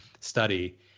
study